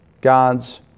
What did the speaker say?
God's